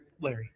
Larry